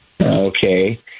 Okay